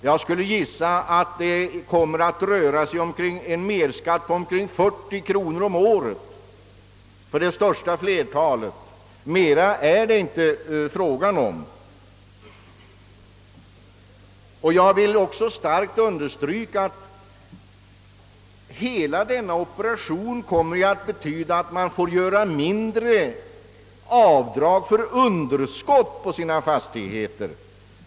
Jag skulle gissa att det endast kommer att röra sig om en merskatt på omkring 40 kronor om året för det största flertalet av dessa fastigheter. Jag vill också starkt understryka att hela denna operation kommer att betyda att man får göra mindre avdrag för underskott på sina fastigheter.